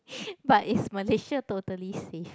but is Malaysia totally safe